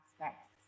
aspects